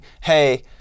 hey